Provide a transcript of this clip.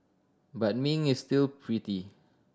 but Ming is still pretty